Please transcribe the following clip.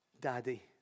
daddy